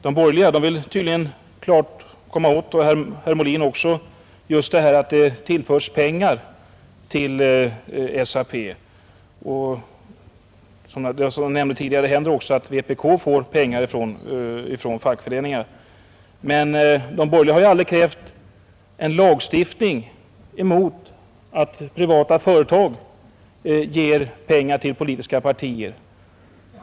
De borgerliga — och herr Molin också — vill tydligen komma åt det här att det tillförs pengar till SAP — som jag nämnde tidigare händer det också att vpk får pengar från fackföreningar. Men de borgerliga har ju aldrig krävt en lagstiftning mot att privata företag ger pengar till politiska partier.